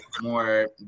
more